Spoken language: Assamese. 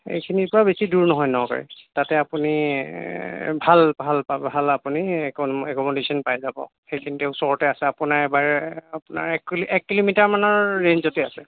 এইখিনিৰপৰা বেছি দূৰ নহয় নকাড়ী তাতে আপুনি ভাল ভাল ভাল আপুনি একমডেশ্যন পাই যাব সেইখিনিতে ওচৰতে আছে আপোনাৰ এবাৰ আপোনাৰ এক এক কিলোমিটাৰমানৰ ৰেঞ্জতেই আছে